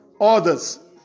others